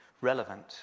relevant